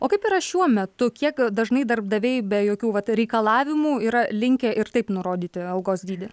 o kaip yra šiuo metu kiek dažnai darbdaviai be jokių vat reikalavimų yra linkę ir taip nurodyti algos dydį